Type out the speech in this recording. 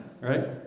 Right